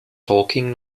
talking